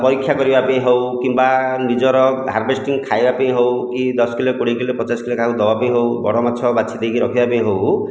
ପରୀକ୍ଷା କରିବା ପାଇଁ ହେଉ କିମ୍ବା ନିଜର ହାର୍ଭେଷ୍ଟିଙ୍ଗ୍ ଖାଇବା ପାଇଁ ହେଉ କି ଦଶ କିଲୋ କୋଡ଼ିଏ କିଲୋ ପଚାଶ କିଲୋ କାହାକୁ ଦେବା ପାଇଁ ହେଉ ବଡ଼ ମାଛ ବାଛି ଦେଇକି ରଖିବା ପାଇଁ ହେଉ